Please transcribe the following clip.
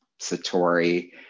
Satori